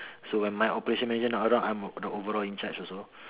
so when my operation manager not around I'm the overall in charge also